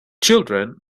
children